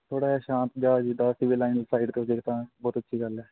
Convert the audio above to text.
ਥੋੜ੍ਹਾ ਜਿਹਾ ਸ਼ਾਂਤ ਜਿਹਾ ਜਿੱਦਾਂ ਸਿਵਲ ਲਾਈਨਸ ਸਾਈਡ 'ਤੇ ਹੋਜੇ ਇੱਕ ਤਾਂ ਬਹੁਤ ਅੱਛੀ ਗੱਲ ਹੈ